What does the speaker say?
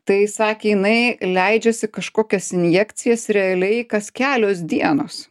tai sakė jinai leidžiasi kažkokias injekcijas realiai kas kelios dienos